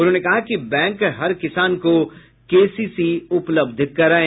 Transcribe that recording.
उन्होंने कहा कि बैंक हर किसान को केसीसी उपलब्ध करायें